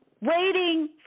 waiting